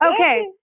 Okay